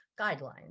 guidelines